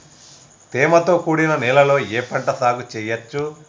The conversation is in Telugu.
తేమతో కూడిన నేలలో ఏ పంట సాగు చేయచ్చు?